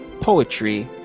poetry